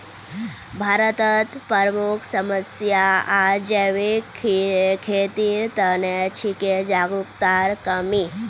भारतत प्रमुख समस्या आर जैविक खेतीर त न छिके जागरूकतार कमी